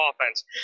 offense